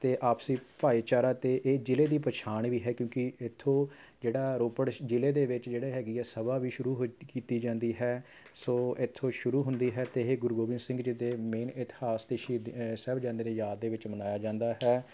ਅਤੇ ਆਪਸੀ ਭਾਈਚਾਰਾ ਅਤੇ ਇਹ ਜ਼ਿਲ੍ਹੇ ਦੀ ਪਛਾਣ ਵੀ ਹੈ ਕਿਉਂਕਿ ਇੱਥੋਂ ਜਿਹੜਾ ਰੋਪੜ ਸ਼ ਜ਼ਿਲ੍ਹੇ ਦੇ ਵਿੱਚ ਜਿਹੜੀ ਹੈਗੀ ਹੈ ਸਭਾ ਵੀ ਸ਼ੁਰੂ ਹੁ ਕੀਤੀ ਜਾਂਦੀ ਹੈ ਸੋ ਇੱਥੋਂ ਸ਼ੁਰੂ ਹੁੰਦੀ ਹੈ ਅਤੇ ਇਹ ਗੁਰੂ ਗੋਬਿੰਦ ਸਿੰਘ ਜੀ ਦੇ ਮੇਨ ਇਤਿਹਾਸ ਅਤੇ ਸ਼ਹੀਦੀ ਸਾਹਿਬਜ਼ਾਦਿਆਂ ਦੀ ਯਾਦ ਦੇ ਵਿੱਚ ਮਨਾਇਆ ਜਾਂਦਾ ਹੈ